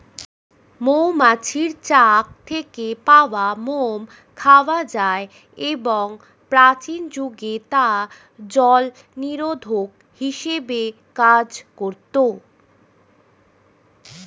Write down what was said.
মৌমাছির চাক থেকে পাওয়া মোম খাওয়া যায় এবং প্রাচীন যুগে তা জলনিরোধক হিসেবে কাজ করত